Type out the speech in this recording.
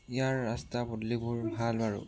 ইয়াৰ ৰাস্তা পদূলিবোৰ ভাল বাৰু